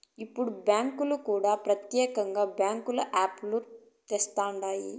ఇప్పుడు బ్యాంకులు కూడా ప్రత్యేకంగా బ్యాంకుల యాప్ లు తెస్తండాయి